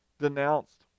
denounced